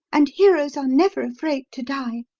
and heroes are never afraid to die.